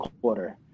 quarter